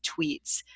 tweets